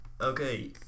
Okay